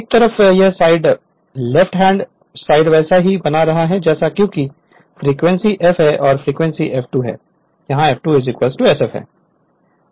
एक तरफ यह साइड लेफ्ट हैंड साइड वैसा ही बना रहता है क्योंकि यह फ्रीक्वेंसी f है यह फ्रीक्वेंसी F2 है हां F2 sf है